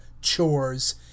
chores